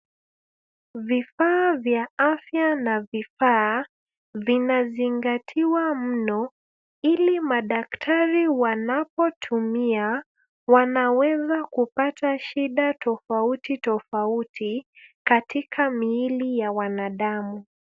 Vifaa vya afya na vifaa, vinazingatiwa mno, ili madaktari wanapotumia, wanaweza kupata shida tofauti tofauti katika miili ya wanadamu.